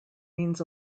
means